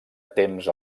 temps